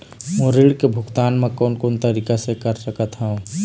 मोर ऋण के भुगतान म कोन कोन तरीका से कर सकत हव?